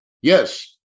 Yes